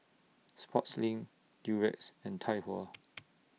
Sportslink Durex and Tai Hua